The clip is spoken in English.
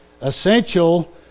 essential